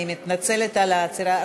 אני מתנצלת על העצירה.